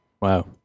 Wow